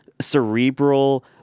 cerebral